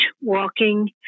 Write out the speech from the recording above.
walking